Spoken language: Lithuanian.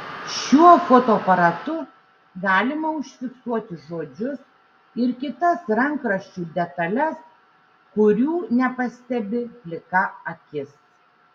šiuo fotoaparatu galima užfiksuoti žodžius ir kitas rankraščių detales kurių nepastebi plika akis